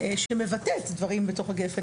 שמבטאת דברים בתוך גפ"ן,